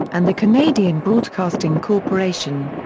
and the canadian broadcasting corporation.